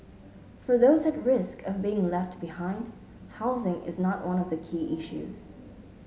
for those at risk of being left behind housing is not one of the key issues